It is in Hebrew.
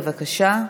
בבקשה.